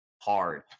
hard